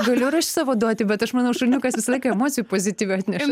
galiu ir aš savo duoti bet aš manau šuniukas visą laiką emocijų pozityvių atneša